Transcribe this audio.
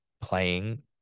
playing